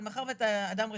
אבל מאחר ואתה אדם רציני,